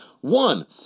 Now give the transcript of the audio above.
One